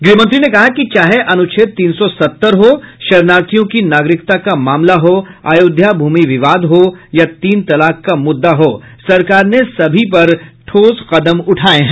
गृहमंत्री ने कहा कि चाहे अनुच्छेद तीन सौ सत्तर हो शरणार्थियों की नागरिकता का मामला हो अयोध्या भूमि विवाद हो या तीन तलाक का मुद्दा हो सरकार ने सभी पर ठोस कदम उठाए हैं